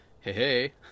Hey